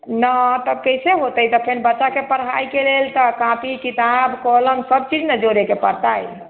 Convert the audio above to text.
नहि तब कैसे होतै तऽ फेर बच्चा सभके पढ़ाइके लेल तऽ कॉपी किताब कलम सभ चीज ने जोड़ैके पड़तै